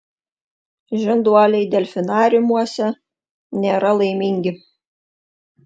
žinduoliai delfinariumuose nėra laimingi